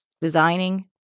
Designing